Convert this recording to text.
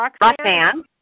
Roxanne